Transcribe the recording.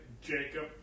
Jacob